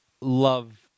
love